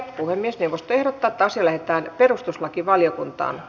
puhemiesneuvosto ehdottaa että asia lähetetään perustuslakivaliokuntaan